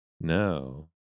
No